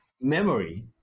memory